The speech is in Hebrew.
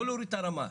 לא להוריד את הרמה,